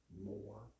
more